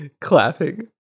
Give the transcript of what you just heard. Clapping